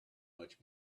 much